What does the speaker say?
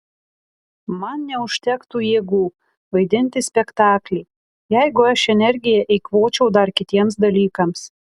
man neužtektų jėgų vaidinti spektaklį jeigu aš energiją eikvočiau dar kitiems dalykams